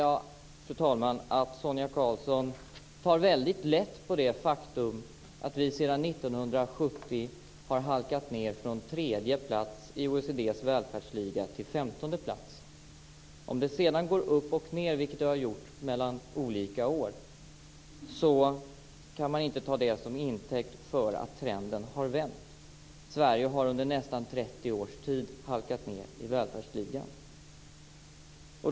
Jag noterade att Sonia Karlsson tar mycket lätt på det faktum att vi sedan 1970 har halkat ned från tredje till femtonde plats i OECD:s välfärdsliga. Om det sedan går upp och ned, vilket det har gjort, mellan olika år, kan man inte ta det till intäkt för att trenden har vänt. Sverige har under nästan 30 års tid halkat ned i välfärdsligan.